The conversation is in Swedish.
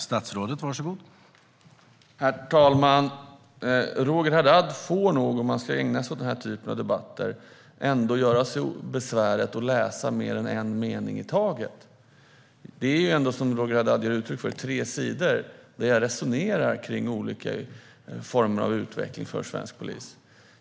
Herr talman! Roger Haddad får nog om han ska ägna sig åt den här typen av debatter göra sig besväret att läsa mer än en mening i taget. Det är ändå, som Roger Haddad ger uttryck för, tre sidor där jag resonerar kring olika former av utveckling för svensk polis.